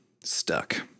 stuck